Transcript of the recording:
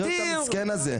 תראה את המסכן הזה.